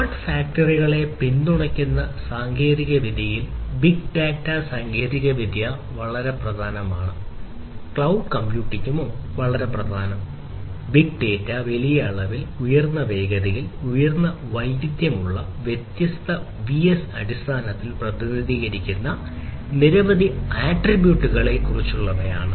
smart ഫാക്ടറികൾക്കുള്ള പിന്തുണയ്ക്കുന്ന സാങ്കേതികവിദ്യകൾ ബിഗ് ഡാറ്റ സാങ്കേതികവിദ്യ വളരെ പ്രധാനമാണ് ക്ലൌഡ് കമ്പ്യൂട്ടിംഗ് വലിയ അളവിൽ ഉയർന്ന വേഗതയിൽ ഉയർന്ന വൈവിധ്യമുള്ള വ്യത്യസ്ത Vs അടിസ്ഥാനത്തിൽ പ്രതിനിധീകരിക്കുന്ന നിരവധി ആട്രിബ്യൂട്ടുകൾ എന്നിവയെക്കുറിച്ചുള്ളതാണ്